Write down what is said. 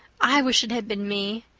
i wish it had been me.